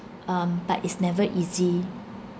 um but is never easy